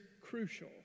crucial